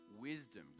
Wisdom